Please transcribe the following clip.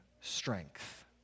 strength